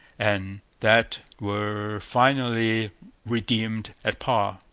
and that were finally redeemed at par.